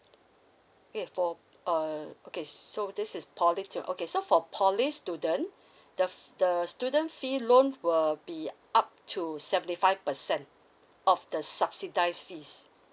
okay for uh okay so this is poly tui~ okay so for poly student the f~ the student fee loan will be up to seventy five percent of the subsidise fees